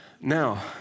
Now